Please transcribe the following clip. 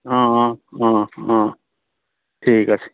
অঁ অঁ অঁ ঠিক আছে